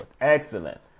excellent